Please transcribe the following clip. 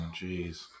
jeez